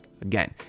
Again